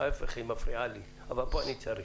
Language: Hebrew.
ההפך, היא מפריעה לי, אבל פה אני צריך.